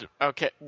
Okay